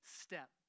step